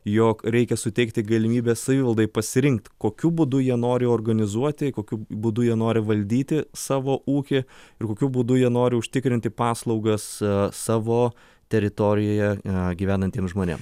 jog reikia suteikti galimybę savivaldai pasirinkt kokiu būdu jie nori organizuoti kokiu būdu jie nori valdyti savo ūkį ir kokiu būdu jie nori užtikrinti paslaugas savo teritorijoje gyvenantiem žmonėm